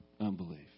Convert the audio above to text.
unbelief